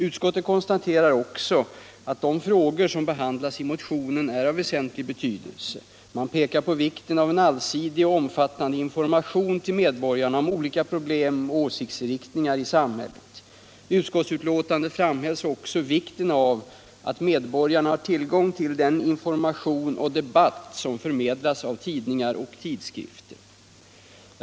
Utskottet konstaterar också att de frågor som behandlats i motionen är av väsentlig betydelse. Man pekar på vikten av en allsidig och omfattande information till medborgarna om olika problem och åsiktsriktningar i samhället. I utskottsbetänkandet framhålls också vikten av att medborgarna har tillgång till den information och debatt som förmedlas av tidningar och tidskrifter.